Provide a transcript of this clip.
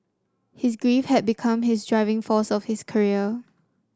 his grief had become his driving force of his career